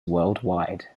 worldwide